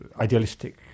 idealistic